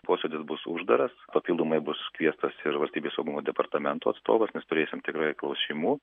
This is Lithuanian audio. posėdis bus uždaras papildomai bus kviestas ir valstybės saugumo departamento atstovas mes turėsim tikrai klausimų